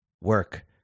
work